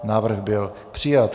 Návrh byl přijat.